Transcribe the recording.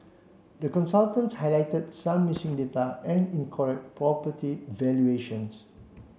the consultants highlighted some missing data and incorrect property valuations